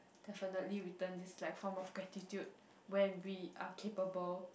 definitely return is like form of gratitude when we are capable